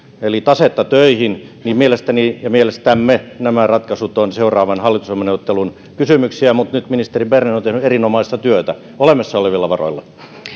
eli tasetta töihin niin mielestäni ja mielestämme nämä ratkaisut ovat seuraavan hallitusohjelmaneuvottelun kysymyksiä mutta nyt ministeri berner on on tehnyt erinomaista työtä olemassa olevilla varoilla